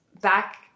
back